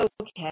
okay